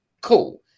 Cool